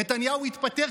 נתניהו יתפטר,